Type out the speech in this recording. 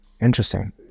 Interesting